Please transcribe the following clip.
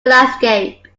landscape